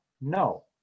No